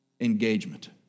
engagement